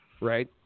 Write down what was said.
right